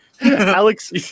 Alex